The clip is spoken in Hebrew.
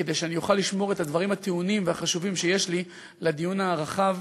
כדי שאני אוכל לשמור את הדברים הטעונים והחשובים שיש לי לדיון הרחב,